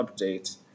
update